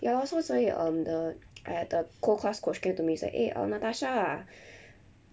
ya lor so 所以 um the !aiya! the co class coach share to me it's like eh natasha